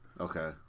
Okay